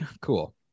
cool